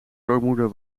grootmoeder